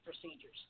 procedures